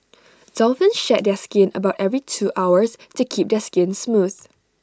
dolphins shed their skin about every two hours to keep their skin smooth